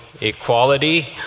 equality